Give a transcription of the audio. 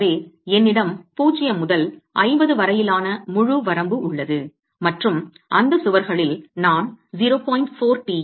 எனவே என்னிடம் 0 முதல் 50 வரையிலான முழு வரம்பு உள்ளது மற்றும் அந்த சுவர்களில் நான் 0